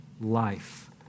life